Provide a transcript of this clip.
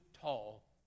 tall